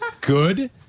good